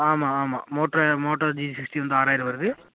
ஆமாம் ஆமாம் Moto Moto G sixty வந்து ஆறாயிரம் வருது